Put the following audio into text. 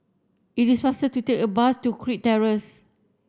it is faster to take a bus to Kirk Terrace